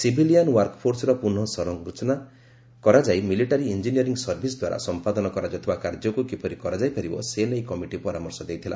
civilian ୱାର୍କଫୋର୍ସର ପୁନଃ ସରଞ୍ଚନା କରାଯାଇ ମିଲିଟାରୀ ଇୟ୍ଜିନିୟରିଂ ସର୍ଭିସ୍ ଦ୍ୱାରା ସମ୍ପାଦନ କରାଯାଉଥିବା କାର୍ଯ୍ୟକୁ କିପରି କରାଯାଇପାରିବ ସେ ନେଇ କମିଟି ପରାମର୍ଶ ଦେଇଥିଲା